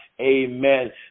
amen